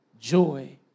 joy